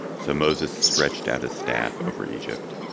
so moses stretched out his staff over egypt,